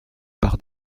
par